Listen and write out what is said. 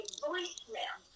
voicemail